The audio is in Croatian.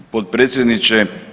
Potpredsjedniče.